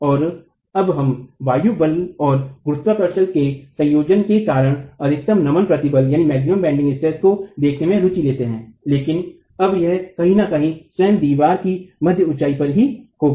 और अब हम वायु बल और गुरुत्वाकर्षण के संयोजन के कारण अधिकतम नमन प्रतिबल को देखने में रुचि लेते हैं लेकिन अब यह कहीं न कहीं स्वयं दीवार की मध्य ऊंचाई पर ही होगा